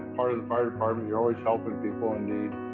part of the fire department, you're always helping people in need.